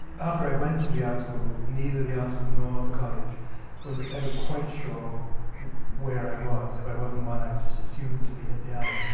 after i went to the art school, neither the art school, nor the college was ever quite sure where i was. if i wasn't at one, i was just assumed to be at the other.